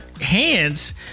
hands